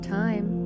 time